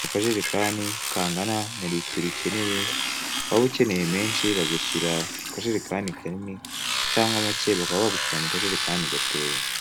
mu kajerekani kangana na litiro ukeneye, waba ukeneye menshi, bagushyirira mu kajerekani kanini, cyangwa make, bakaba bagushyirira mu kajerekani gatoya.